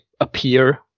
appear